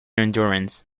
endurance